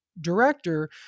director